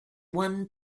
one